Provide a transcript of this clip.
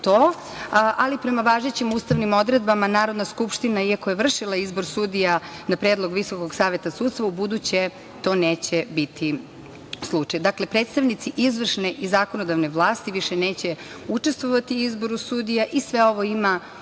ali prema važećim ustavnim odredbama Narodna skupština, iako je vršila izbor sudija na predlog VSS ubuduće to neće biti slučaj. Dakle, predstavnici izvršne i zakonodavne vlasti više neće učestvovati u izboru sudija i sve ovo ima